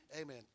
Amen